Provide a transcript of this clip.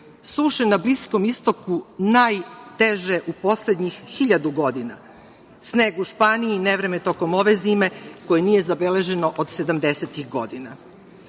suše na Bliskom istoku najteže u poslednjih 1.000 godina, sneg u Španiji i nevreme tokom ove zime koje nije zabeleženo od sedamdesetih